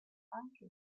anche